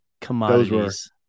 commodities